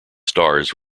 stars